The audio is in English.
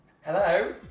Hello